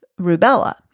rubella